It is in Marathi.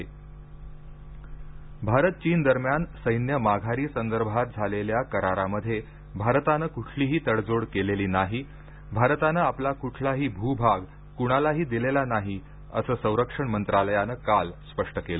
संरक्षण मंत्रालय भारत चीन दरम्यान सैन्य माघारी संदर्भात झालेल्या करारामध्ये भारतानं कुठलीही तडजोड केलेली नाही भारतानं आपला कुठलाही भूभाग कुणालाही दिलेला नाही असं संरक्षण मंत्रालयानं काल स्पष्ट केलं